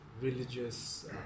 religious